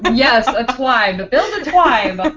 um yes a twibe. but build a twibe. but